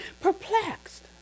perplexed